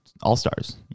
All-Stars